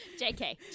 JK